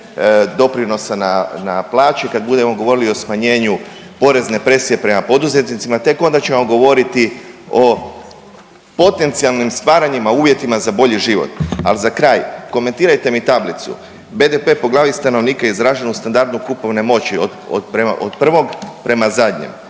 doprinosa na plaće, kad budemo govorili o smanjenju porezne presije prema poduzetnicima tek onda ćemo govoriti o potencijalnim stvaranjima uvjetima za bolji život. Al za kraj, komentirajte mi tablicu BDP po glavi stanovnika izražen u standardu kupovne moći od prvog prema zadnjem